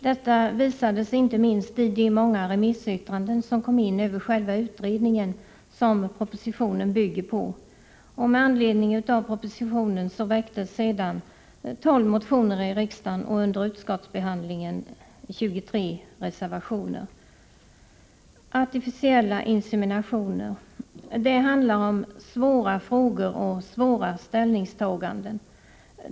Detta visade sig inte minst i de många remissyttranden som kom in över själva utredningen som propositionen bygger på. Med anledning av propositionen väcktes sedan 12 motioner i riksdagen och under utskottsbehandlingen 23 reservationer. När det gäller artificiella inseminationer handlar det om svåra frågor och svåra ställningstaganden.